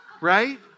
right